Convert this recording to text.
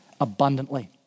abundantly